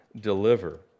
deliver